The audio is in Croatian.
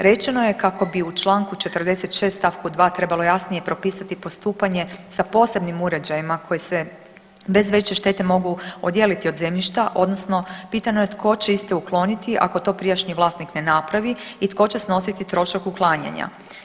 Rečeno je kako bi u članku 46. stavku 2. trebalo jasnije propisati postupanje sa posebnim uređajima koji se bez veće štete mogu odijeliti od zemljišta, odnosno pitano je tko će iste ukloniti ako to prijašnji vlasnik ne napravi i tko će snositi trošak uklanjanja?